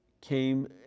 came